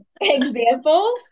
example